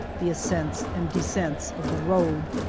the ascents and descents of the road.